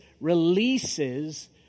releases